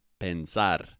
Pensar